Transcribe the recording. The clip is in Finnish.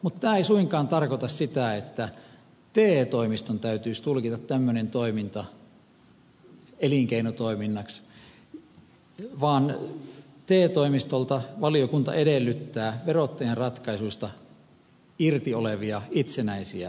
mutta tämä ei suinkaan tarkoita sitä että te toimiston täytyisi tulkita tämmöinen toiminta elinkeinotoiminnaksi vaan te toimistolta valiokunta edellyttää verottajan ratkaisuista irti olevia itsenäisiä päätöksiä